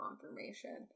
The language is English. confirmation